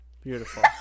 Beautiful